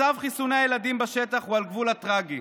מצב חיסוני הילדים בשטח הוא על גבול הטרגי,